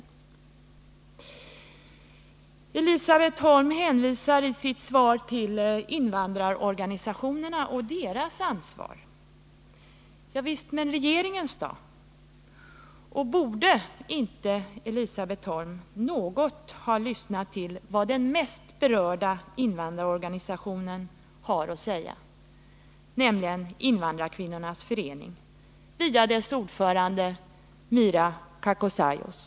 Nr 31 Elisabet Holm hänvisar i sitt svar till invandrarorganisationerna och deras Måndagen den ansvar. Javisst, men regeringens ansvar då? Och borde inte Elisabet Holm 19 november 1979 något lyssna till vad den mest berörda invandrarorganisationen har att säga, nämligen invandrarkvinnornas förening via dess ordförande Mira Kakossa Om förbud mot ios.